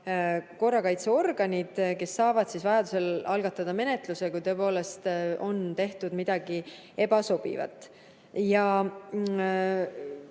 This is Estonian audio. korrakaitseorganid, kes saavad vajadusel algatada menetluse, kui tõepoolest on tehtud midagi ebasobivat.